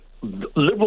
Liberal